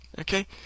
Okay